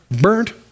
burnt